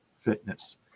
fitness